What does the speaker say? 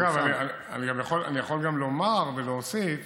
אגב, אני יכול גם לומר ולהוסיף